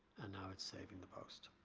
and now it's saving the post.